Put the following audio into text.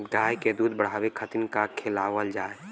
गाय क दूध बढ़ावे खातिन का खेलावल जाय?